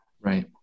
Right